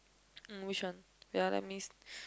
mm which one wait ah let me